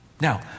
Now